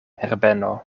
herbeno